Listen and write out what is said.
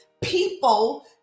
People